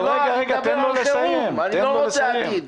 אני מדבר על חירום, אני לא רוצה עתיד.